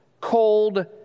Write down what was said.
cold